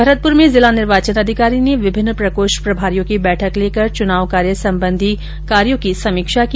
भरतपुर में जिला निर्वाचन अधिकारी ने विभिन्न प्रकोष्ठ प्रभारियों की बैठक लेकर चुनाव कार्य संबंधी कार्यो की समीक्षा की